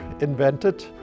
invented